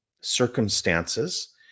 circumstances